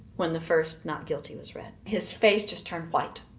when the first not guilty was read. his face just turned white.